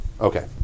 Okay